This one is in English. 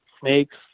snakes